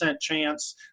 chance